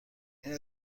این